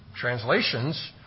translations